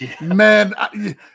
Man